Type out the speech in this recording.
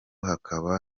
hakaba